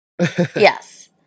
Yes